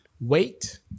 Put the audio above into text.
Wait